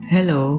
Hello